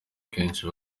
kenshi